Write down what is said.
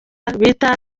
bita